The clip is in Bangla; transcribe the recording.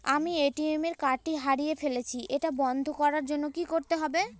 আমি এ.টি.এম কার্ড টি হারিয়ে ফেলেছি এটাকে বন্ধ করার জন্য কি করতে হবে?